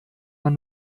man